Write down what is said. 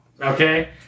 okay